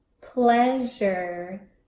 pleasure